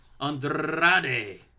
Andrade